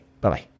Bye-bye